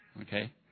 okay